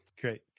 Great